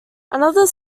another